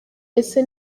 ese